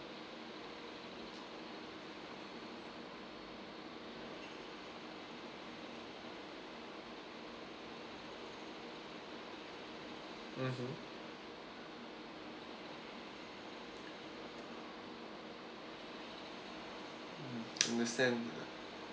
mmhmm understand